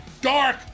Dark